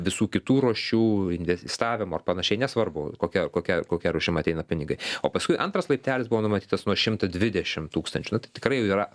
visų kitų rūšių investavimo ar panašiai nesvarbu kokia kokia kokia rūšim ateina pinigai o paskui antras laiptelis buvo numatytas nuo šimto dvidešim tūkstančių na tai tikrai jau yra